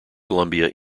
columbia